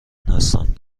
هستند